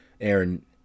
Aaron